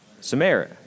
Samaria